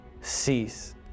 cease